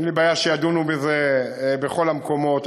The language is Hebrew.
אין לי בעיה שידונו בזה בכל המקומות.